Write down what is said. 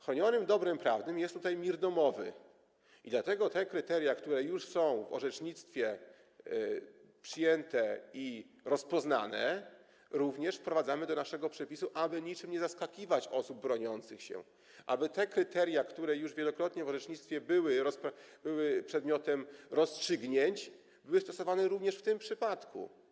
Chronionym dobrem prawnym jest tutaj mir domowy i dlatego te kryteria, które już są w orzecznictwie przyjęte i znane, również wprowadzamy do naszego przepisu, aby niczym nie zaskakiwać osób broniących się, aby te kryteria, które już wielokrotnie w orzecznictwie były przedmiotem rozstrzygnięć, były stosowane również w tym przypadku.